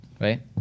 right